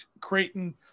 Creighton